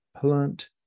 plant